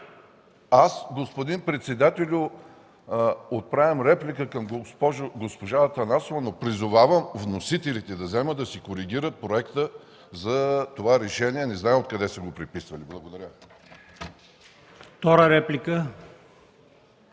Аз, господин председателю, отправям реплика към госпожа Атанасова, но призовавам вносителите да вземат да си коригират проекта за това решение, не знам откъде са го преписали. Благодаря.